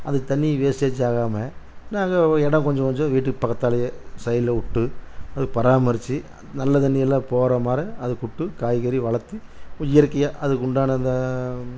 அந்த தண்ணியை வேஸ்டேஜ் ஆகாம நாங்கள் இடோம் கொஞ்சம் கொஞ்சம் வீட்டுக்கு பக்கத்தாலையே சைடில் விட்டு அதை பராமரிச்சு நல்ல தண்ணியெல்லாம் போற மாதிரி அதுக்கு விட்டு காய்கறி வளர்த்து இயற்கையாக அதுக்கு உண்டான அந்த